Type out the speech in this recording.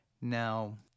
Now